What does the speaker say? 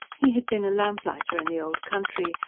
he had been a lamplighter in the old country,